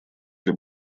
для